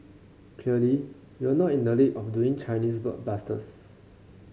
clearly we're not in the league of doing Chinese blockbusters